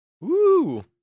Woo